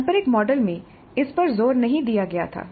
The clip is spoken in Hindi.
पारंपरिक मॉडल में इस पर जोर नहीं दिया गया था